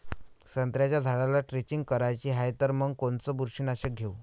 संत्र्याच्या झाडाला द्रेंचींग करायची हाये तर मग कोनच बुरशीनाशक घेऊ?